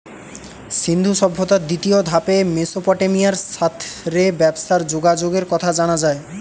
সিন্ধু সভ্যতার দ্বিতীয় ধাপে মেসোপটেমিয়ার সাথ রে ব্যবসার যোগাযোগের কথা জানা যায়